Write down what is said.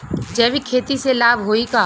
जैविक खेती से लाभ होई का?